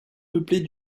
peuplée